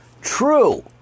true